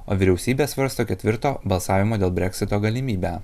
o vyriausybė svarsto ketvirto balsavimo dėl breksito galimybę